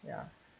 ya